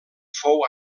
fou